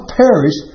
perish